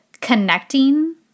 connecting